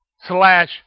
Slash